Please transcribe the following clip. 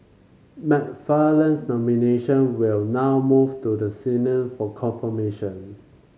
McFarland's nomination will now move to the Senate for confirmation